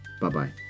Bye-bye